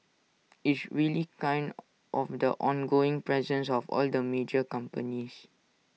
it's really kind of the ongoing presence of all the major companies